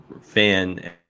fan